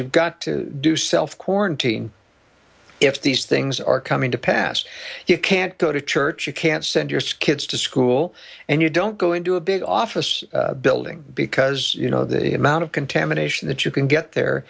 you've got to do self quarantine if these things are coming to pass you can't go to church you can't send your skids to school and you don't go into a big office building because you know the amount of contamination that you can get there